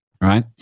right